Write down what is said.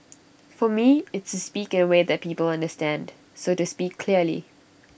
for me it's to speak in A way that people understand so to speak clearly